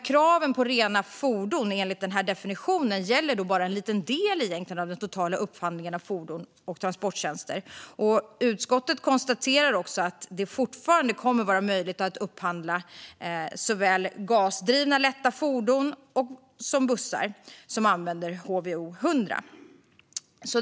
Kraven på rena fordon, enligt den här definitionen, gäller alltså egentligen bara en liten del av den totala upphandlingen av fordon och transporttjänster. Utskottet konstaterar att det fortfarande kommer att vara möjligt att upphandla såväl gasdrivna lätta fordon som bussar som använder HVO 100.